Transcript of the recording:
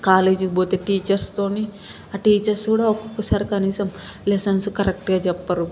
కాలేజీకి పోతే టీచర్స్తోని ఆ టీచర్స్ కూడా ఒక్కొక్కసారి కనీసం లెసన్స్ కరెక్ట్గా చెప్పరు